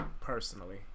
personally